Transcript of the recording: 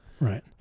right